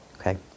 Okay